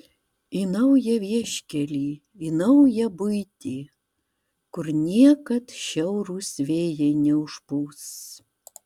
į naują vieškelį į naują buitį kur niekad šiaurūs vėjai neužpūs